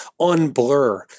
unblur